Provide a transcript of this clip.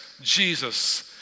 Jesus